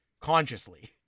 consciously